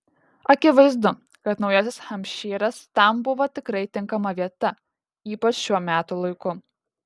akivaizdu kad naujasis hampšyras tam buvo tikrai tinkama vieta ypač šiuo metų laiku